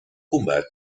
combat